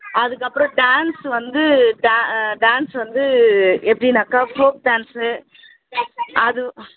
அதுக்கப்புறம் டான்ஸ்ஸு வந்து டான்ஸ்ஸு வந்து எப்படினாக்கா ஃபோக் டான்ஸ்ஸு அது